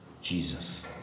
Jesus